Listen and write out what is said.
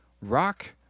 rock